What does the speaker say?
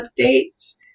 updates